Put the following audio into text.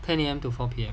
ten A_M to four P_M